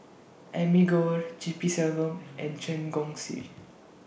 Amy Khor G P Selvam and Chen Chong Swee